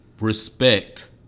respect